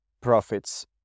profits